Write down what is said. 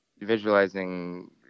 visualizing